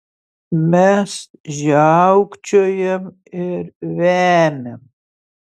mes žiaukčiojam ir vemiam